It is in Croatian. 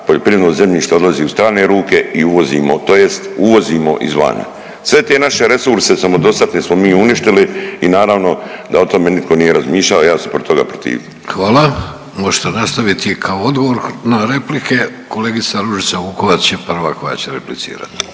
poljoprivredno zemljište odlazi u strane ruke i uvozimo tj. uvozimo iz vana. Sve te naše resurse samodostatne smo mi uništili i naravno da o tome nitko nije razmišljao, ja ću se protiv toga protivit. **Vidović, Davorko (Socijaldemokrati)** Hvala, možete nastaviti kao odgovor na replike. Kolegica Ružica Vukovac je prva koja će replicirati.